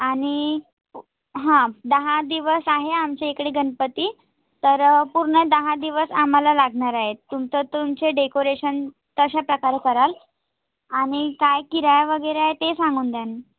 आणि हा दहा दिवस आहे आमच्या इकडे गणपती तर पूर्ण दहा दिवस आम्हाला लागणार आहे तुमचं तुमचे डेकोरेशन तशा प्रकारे कराल आणि काय किराया वगैरे आहे ते सांगून द्याल